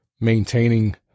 maintaining